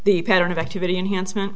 the pattern of activity enhancement